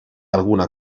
alguna